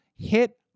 hit